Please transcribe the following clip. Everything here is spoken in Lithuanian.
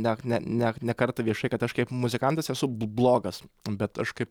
ne ne ne kartą viešai kad aš kaip muzikantas esu b blogas bet aš kaip